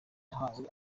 yahawe